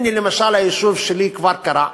הנה, למשל, היישוב שלי, כפר-קרע,